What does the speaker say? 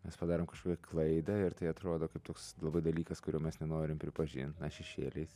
mes padarėm kažkokią klaidą ir tai atrodo kaip toks dalykas kurio mes nenorim pripažint šešėliais